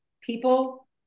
people